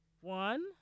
One